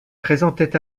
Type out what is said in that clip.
présentait